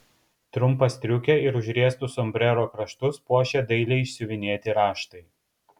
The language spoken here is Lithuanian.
trumpą striukę ir užriestus sombrero kraštus puošė dailiai išsiuvinėti raštai